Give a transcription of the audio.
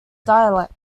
dialect